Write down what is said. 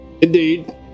Indeed